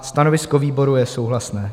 Stanovisko výboru je souhlasné.